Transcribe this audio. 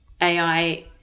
AI